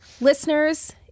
listeners